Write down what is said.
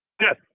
Yes